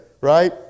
right